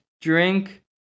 drink